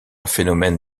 phénomène